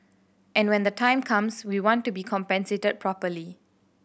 and when the time comes we want to be compensated properly